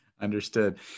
Understood